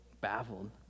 baffled